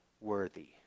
worthy